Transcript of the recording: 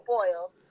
boils